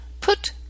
Put